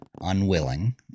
unwilling